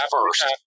first